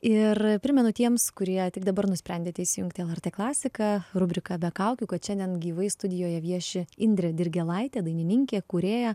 ir primenu tiems kurie tik dabar nusprendėte įsijungti lrt klasiką rubrika be kaukių kad šiandien gyvai studijoje vieši indrė dirgėlaitė dainininkė kūrėja